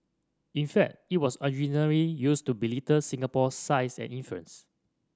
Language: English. in fact it was used to belittle Singapore's size and influence